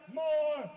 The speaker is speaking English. more